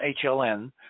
HLN